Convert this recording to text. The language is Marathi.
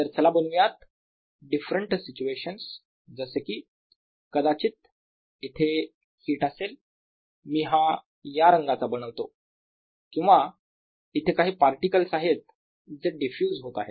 तर चला बनवूया डिफरंट सिच्युएशन्स जसे की कदाचित ईथे हिट असेल मी हा या रंगाचा बनवतो किंवा इथे काही पार्टिकल्स आहेत जे डिफ्युज होत आहेत